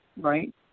right